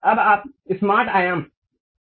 अब आप स्मार्ट आयाम का उपयोग करना चाहते हैं